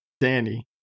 Danny